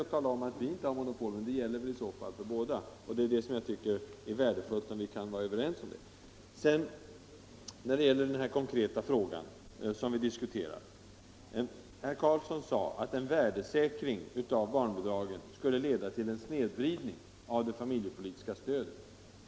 Men även om socialdemokraterna varit i regeringsställning hela tiden så har inte heller de något sådant monopol. Det bör vi kunna vara överens om. I den konkreta fråga som vi diskuterar sade herr Karlsson att en vär desäkring av barnbidragen skulle leda till en snedvridning av det familjepolitiska stödet.